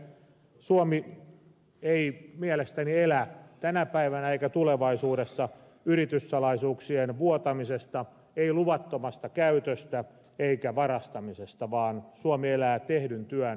suomi ei mielestäni elä tänä päivänä eikä tulevaisuudessa yrityssalaisuuksien vuotamisesta ei luvattomasta käytöstä eikä varastamisesta vaan suomi elää tehdyn työn tuloksista